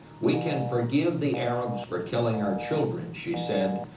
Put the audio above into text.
we can forgive the arabs for killing our children, she said,